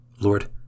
Lord